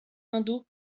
indo